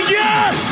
yes